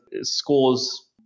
scores